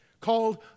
called